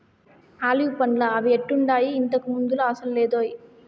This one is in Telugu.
ఆలివ్ పండ్లా అవి ఎట్టుండాయి, ఇంతకు ముందులా అసలు లేదోయ్